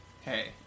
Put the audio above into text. hey